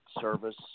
service